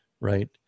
right